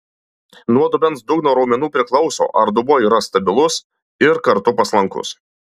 nuo dubens dugno raumenų priklauso ar dubuo yra stabilus ir kartu paslankus